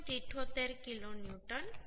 78 kilonewton મળશે